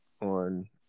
on